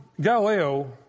Galileo